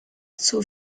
zur